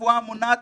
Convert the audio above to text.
הרפואה המונעת,